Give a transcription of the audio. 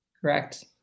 Correct